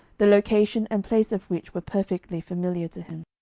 the location and place of which were perfectly familiar to him.